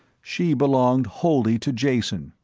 she belonged wholly to jason,